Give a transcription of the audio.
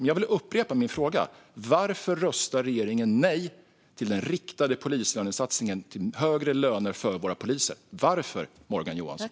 Låt mig upprepa min fråga: Varför röstar regeringen nej till den riktade polislönesatsningen på högre löner för våra poliser? Varför, Morgan Johansson?